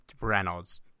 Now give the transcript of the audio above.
Reynolds